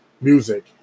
music